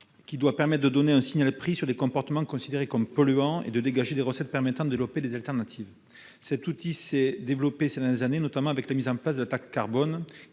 Elle doit permettre de donner un signal-prix pour des comportements considérés comme polluants et de dégager des recettes permettant de développer des alternatives. Cet outil s'est développé ces dernières années, notamment avec la mise en place de la taxe carbone,